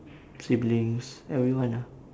siblings everyone lah